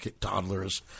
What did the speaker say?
toddlers